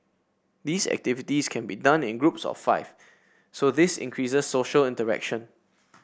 these activities can be done in groups of five so this increases social interaction